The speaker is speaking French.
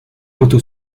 otto